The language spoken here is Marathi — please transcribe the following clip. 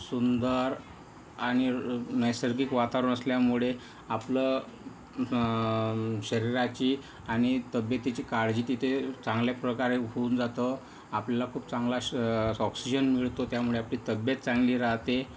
सुंदर आणि नैसर्गिक वातावरण असल्यामुळे आपलं शरीराची आणि तब्येतीची काळजी तिथे चांगल्या प्रकारे होऊन जातं आपल्याला खूप चांगला स स ऑक्सिजन मिळतो त्यामुळे आपली तब्येत चांगली राहते